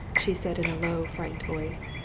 she said, in a low, frightened voice,